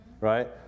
right